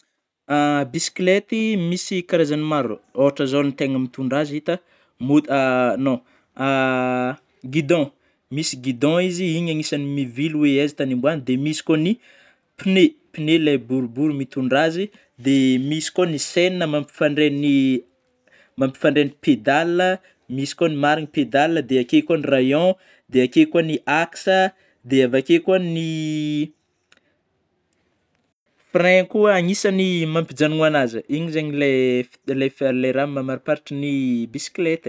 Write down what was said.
Bisikilety misy karazany maro, ôhatra zao ny tegna mitondra azy hita non gidon, misy gidon izy, igny anisany mivily oe aiza tany ômbagna, dia misy koa ny pneu, pneu ilay boribory mitondra azy, de misy koa ny senina mampifandray ny mampiafandray ny pedale, misy koa ny marigny pedela dia akeo koa ny rayon dia akeo koa ny akisa, dia avy akeo koa ny frein koa agnisany mampijagnona agnazy, igny zany ilay raha mamariparitry ny bisikileta